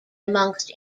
amongst